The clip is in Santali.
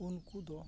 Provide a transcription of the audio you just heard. ᱩᱱᱠᱩ ᱫᱚ